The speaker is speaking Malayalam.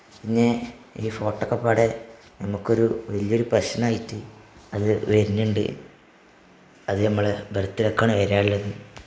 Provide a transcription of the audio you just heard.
പിന്നെ ഈ ഫോട്ടോ ഒക്കപ്പാടെ നമുക്കൊരു വലിയൊരു പ്രശ്നമായിട്ട് അത് വരുന്നുണ്ട് അത് ഞമ്മളെ ബെർത്ത് ഡേയ്ക്കാണ് വരാനുള്ളത്